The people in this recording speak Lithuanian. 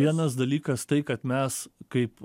vienas dalykas tai kad mes kaip